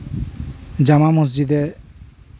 ᱡᱟᱢᱟ ᱢᱚᱥᱡᱤᱫ ᱮ